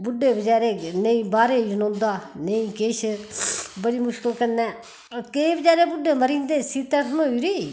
बुड्डे बचैरे नेईं बाह्रे ई जनोंदा नेईं किश बड़ी मुश्कल कन्नै केईं बचैरे बुड्डे मरी जंदे सीतैं ठण्डोई